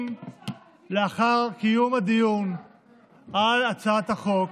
לאחר קיום הדיון על הצעת החוק